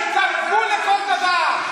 יש גם גבול לכל דבר.